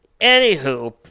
Anywho